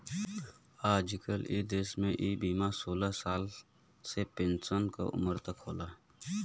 आजकल इ देस में इ बीमा सोलह साल से पेन्सन क उमर तक होला